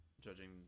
judging